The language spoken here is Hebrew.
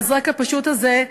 המזרק הפשוט הזה,